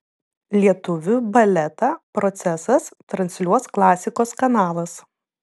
lietuvių baletą procesas transliuos klasikos kanalas